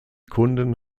kunden